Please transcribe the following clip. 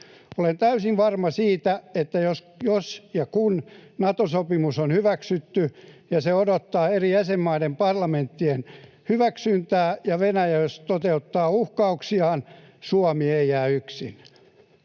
Olen täysin varma siitä, että jos ja kun Nato-sopimus on hyväksytty ja se odottaa eri jäsenmaiden parlamenttien hyväksyntää ja jos Venäjä toteuttaa uhkauksiaan, Suomi ei jää yksin.